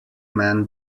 men